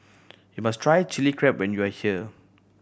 you must try Chili Crab when you are here